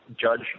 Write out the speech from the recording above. Judge